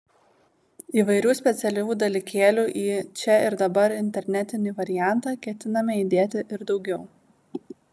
įvairių specialių dalykėlių į čia ir dabar internetinį variantą ketiname įdėti ir daugiau